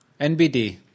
NBD